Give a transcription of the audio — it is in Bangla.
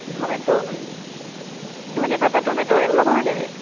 ধমেতো ধনেপাতা টমেটো এগুলো পাওয়া যাবে